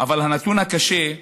אבל הנתון הקשה,